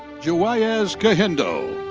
juwayezi kahindo.